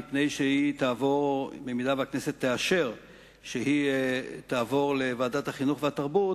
מפני שאם הכנסת תאשר שהיא תעבור לוועדת החינוך והתרבות,